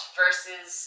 versus